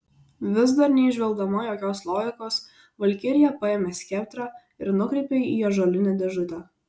vis dar neįžvelgdama jokios logikos valkirija paėmė skeptrą ir nukreipė į ąžuolinę dėžutę